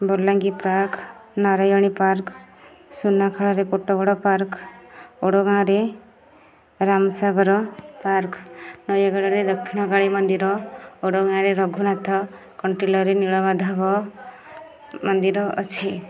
Balangir park Narayani park ସୁନାଖଳାରେ Kotgarh park ଓଡ଼ଗାଁରେ Ramsagar park ନୟାଗଡ଼ରେ ଦକ୍ଷିଣ କାଳୀ ମନ୍ଦିର ଓଡଗାଁରେ ରଘୁନାଥ କଣ୍ଟିଲୋରେ ନୀଳମାଧବ ମନ୍ଦିର ଅଛି